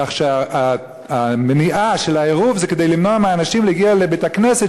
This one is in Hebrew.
כך שהמניעה של העירוב היא כדי למנוע מאנשים להגיע לבית-הכנסת,